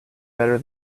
better